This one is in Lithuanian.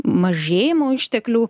mažėjimo išteklių